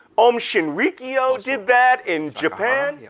aum shinrikyo did that in japan. yeah